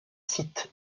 site